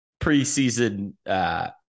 preseason